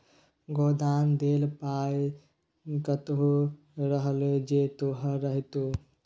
गै दान देल पाय कतहु रहलै जे तोहर रहितौ